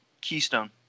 Keystone